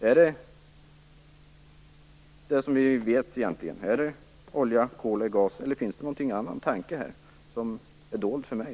Är det med det vi känner till, olja, kol och gas, eller finns det någon annan tanke som är dold för mig?